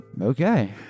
okay